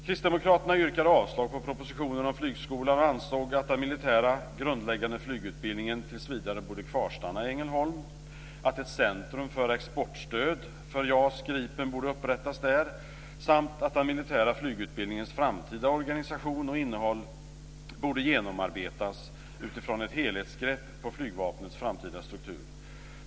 Kristdemokraterna yrkade avslag på propositionen om flygskolan och ansåg att den militära grundläggande flygutbildningen tills vidare borde kvarstanna i Ängelholm, att ett centrum för exportstöd för JAS Gripen borde upprättas där samt att den militära flygutbildningens framtida organisation och innehåll borde genomarbetas utifrån ett helhetsgrepp på flygvapnets framtida struktur.